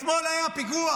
אתמול היה פיגוע,